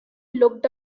looked